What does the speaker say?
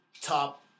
Top